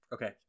Okay